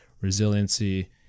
resiliency